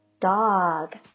dog